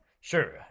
Sure